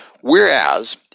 Whereas